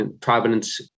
Providence